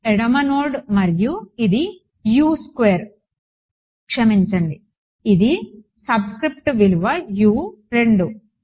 ఎడమ నోడ్ మరియు ఇది U2 క్షమించండి ఇది సబ్స్క్రిప్ట్ విలువ U2